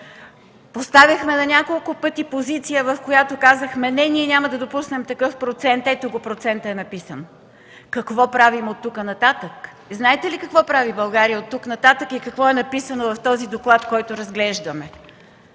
Поставяхме на няколко пъти позиция, в която казахме: Не, ние няма да допуснем такъв процент! Ето го – процентът е написан. Какво правим оттук нататък? Знаете ли какво прави България оттук нататък и какво е написано в този доклад, който разглеждаме?